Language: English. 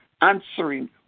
answering